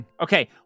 Okay